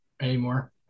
anymore